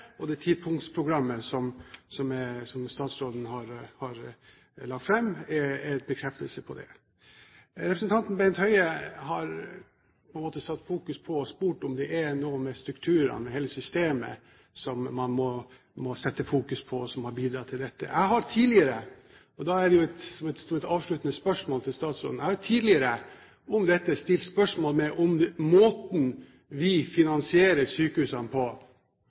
tipunktsprogrammet som statsråden la fram, er en bekreftelse på det. Representanten Bent Høie fokuserte på og spurte om det er noe med strukturen og hele systemet som har bidratt til dette, og som man må fokusere på. Jeg har tidligere, og da blir dette et avsluttende spørsmål til statsråden, stilt spørsmål ved om måten vi finansierer sykehusene på – denne innsatsstyrte finansieringen, dette stykkprissystemet, betaling per pasient, at noe er mer lønnsomt enn andre ting – kan ha en sammenheng med disse hendelsene vi